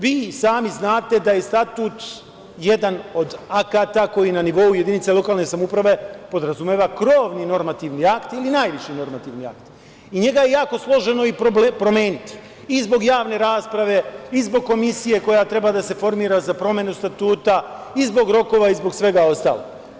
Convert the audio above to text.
Vi i sami znate da je statut jedan od akata koji na nivou jedinica lokalne samouprave podrazumeva krovni normativni akt ili najviši normativni akt i njega je jako složeno promeniti, i zbog javne rasprave i zbog komisije koja treba da se formira za promenu Statuta i zbog rokova i zbog svega ostalog.